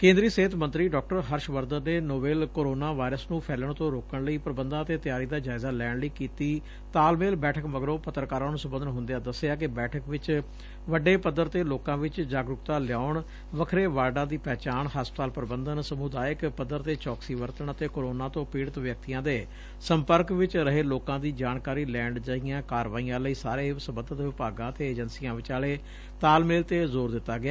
ਕੇਂਦਰੀ ਸਿਹਤ ਮੰਤਰੀ ਡਾਕਟਰ ਹਰਸ਼ ਵਰਧਨ ਨੇ ਨੋਵੇਲ ਕੋਰੌਨਾ ਵਾਇਰਸ ਨੂੰ ਫੈਲਣ ਤੋ ਰੋਕਣ ਲਈ ਪੁਬੰਧਾਂ ਅਤੇ ਤਿਆਰੀ ਦਾ ਜਾਇਜ਼ਾ ਲੈਣ ਲਈ ਕੀਤੀ ਤਾਲਮੇਲ ਬੈਠਕ ਮਗਰੋਂ ਪੱਤਰਕਾਰਾਂ ਨ੍ਨ ਸੰਬੋਧਨ ਹ੍ਰੰਦਿਆਂ ਦਸਿਆ ਕਿ ਬੈਠਕ ਵਿਚ ਵੱਡੇ ਪੱਧਰ ਤੇ ਲੋਕਾ ਵਿਚ ਜਾਗਰੁਕਤਾ ਲਿਆਉਣ ਵਖਰੇ ਵਾਰਡਾ ਦੀ ਪਹਿਚਾਣ ਹਸਪਤਾਲ ਪੁਬੰਧਨ ਸਮੁਦਾਇਕ ਪੱਧਰ ਤੇ ਚੌਕਸੀ ਵਰਤਣ ਅਤੇ ਕੋਰੋਨਾ ਤੋ ਪੀੜਤ ਵਿਅਕਤੀਆਂ ਦੇ ਸੰਪਰਕ ਵਿਚ ਰਹੇ ਲੋਕਾਂ ਦੀ ਜਾਣਕਾਰੀ ਲੈਣ ਜਹੀਆਂ ਕਾਰਵਾਈਆਂ ਲਈ ਸਾਰੇ ਸਬੰਧਤ ਵਿਭਾਗਾਂ ਅਤੇ ਏਜੰਸੀਆਂ ਵਿਚਾਲੇ ਤਾਲਮਲੇ ਤੇ ਜੋਰ ਦਿੱਤਾ ਗਿਆ